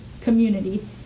community